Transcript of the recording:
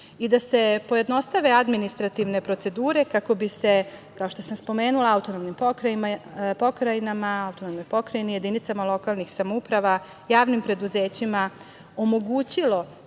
i da se pojednostave administrativne procedure kako bi se, kao što sam spomenula, autonomnim pokrajinama, jedinicama lokalnih samouprava, javnim preduzećima, omogućilo